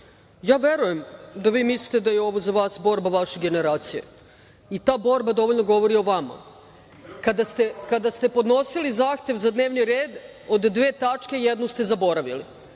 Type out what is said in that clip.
verujem da vi mislite da je ovo za vas borba vaše generacije i ta borba dovoljno govori o vama. Kada ste podnosili zahtev za dnevni red, od dve tačke jednu ste zaboravili.